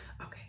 Okay